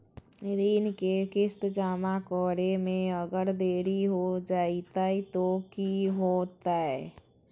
ऋण के किस्त जमा करे में अगर देरी हो जैतै तो कि होतैय?